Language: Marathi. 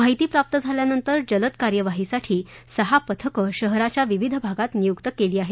माहिती प्राप्त झाल्यावरं जलद कार्यवाहीसाठी सहा पथकं शहराच्या विविध भागात नियुक्त केली आहेत